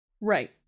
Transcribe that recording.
right